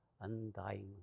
undying